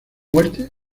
muerte